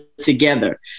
together